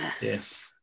Yes